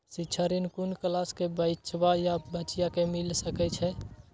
शिक्षा ऋण कुन क्लास कै बचवा या बचिया कै मिल सके यै?